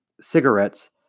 cigarettes